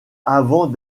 avant